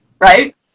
right